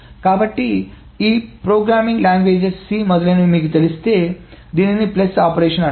కాబట్టి ఈ programming languages C మొదలైనవి మీకు తెలిస్తే దీనిని ఫ్లష్ ఆపరేషన్స్ అంటారు